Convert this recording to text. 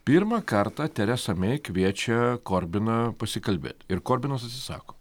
pirmą kartą teresa mei kviečia korbiną pasikalbėt ir korbinas atsisako